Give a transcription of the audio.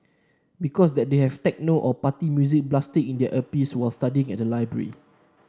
because they have techno or party music blasting in their earpieces while studying at the library